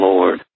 Lord